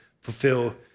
fulfill